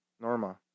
Norma